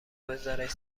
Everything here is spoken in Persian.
بزارش